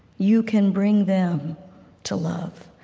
you can bring them to love,